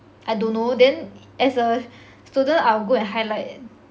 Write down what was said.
I don't know then as a student I will go and highlight